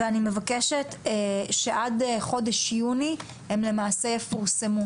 ואני מבקשת שעד חודש יוני הם למעשה יפורסמו,